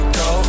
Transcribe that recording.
go